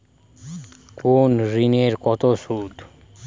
কোন ঋণে কত সুদ?